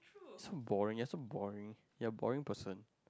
so boring you're so boring you are boring person